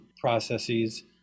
processes